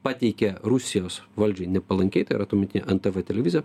pateikė rusijos valdžiai nepalankiai tai yra tuometinė an tv televizija